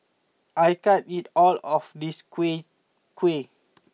I can't eat all of this Kuih Kuih